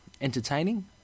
entertaining